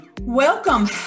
welcome